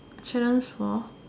challenge for